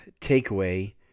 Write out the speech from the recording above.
takeaway